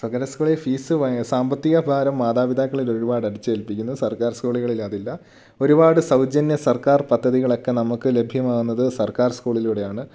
സ്വകാര്യ സ്കൂളിൽ ഫീസ് ഭയങ്കര സാമ്പത്തിക ഭാരം മാതാപിതാക്കളിൽ ഒരുപാട് അടിച്ചേൽപ്പിക്കുന്നു സർക്കാർ സ്കൂളുകളിൽ അതില്ല ഒരുപാട് സൗജന്യ സർക്കാർ പദ്ധതികളൊക്കെ നമുക്ക് ലഭ്യമാകുന്നത് സർക്കാർ സ്കൂളിലൂടെയാണ്